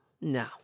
No